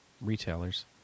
retailers